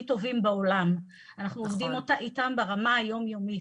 טובים בעולם ואנחנו עובדים איתם ברמה היומיומית.